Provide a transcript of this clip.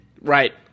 Right